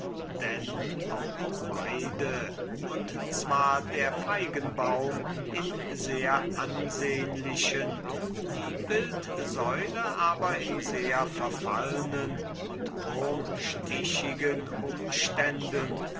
dann auch beide und zwar der feigenbaum in sehr ansehnlichen die bildsäule aber in sehr verfallnen und wurmstichigen umständen zum